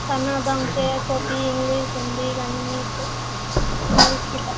कोना दाम छै कॉपी इन्गलिश हिन्दी गणित इन्गलिश कि